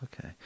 Okay